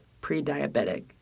pre-diabetic